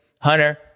Hunter